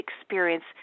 experience